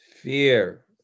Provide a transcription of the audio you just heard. fear